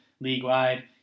league-wide